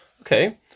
Okay